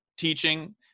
teaching